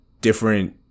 different